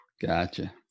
Gotcha